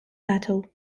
battle